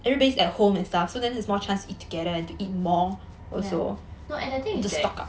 yeah no and the thing is that